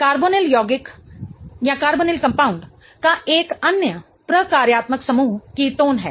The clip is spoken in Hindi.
कार्बोनिल यौगिक का एक अन्य प्रकार्यात्मक समूह कीटोन है